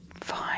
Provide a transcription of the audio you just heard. Fine